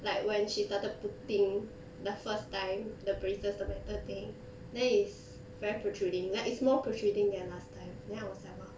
like when she started putting the first time the braces the metal thing then is very protruding like is more protruding than last time then I was like !wah!